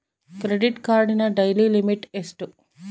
Credit ಕಾರ್ಡಿನ daily limit ಎಷ್ಟು?